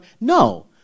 no